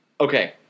Okay